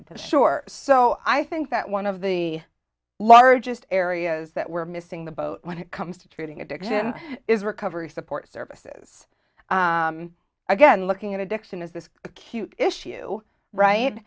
into shore so i think that one of the largest areas that we're missing the boat when it comes to treating addiction is recovery support services again looking at addiction as this acute issue right